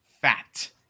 fat